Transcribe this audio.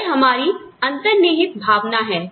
वह हमारी अंतर्निहित भावना है